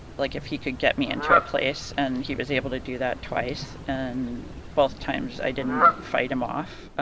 like, if he could get me into a place and he was able to do that twice and both times, i didn't fight him off